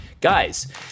Guys